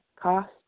cost